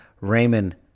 Raymond